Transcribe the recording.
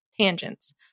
tangents